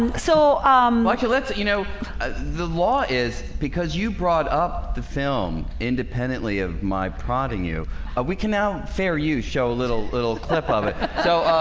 so much let's you know the law is because you brought up the film independently of my prodding you we can now fair you show a little little clip of it. so